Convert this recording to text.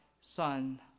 son